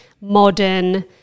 modern –